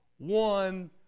one